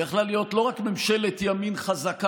היא יכלה להיות לא רק ממשלת ימין חזקה,